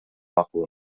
макул